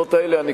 בנסיבות האלה אני